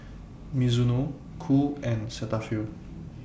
Mizuno Qoo and Cetaphil